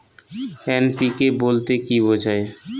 NPK বলতে কী বোঝায়?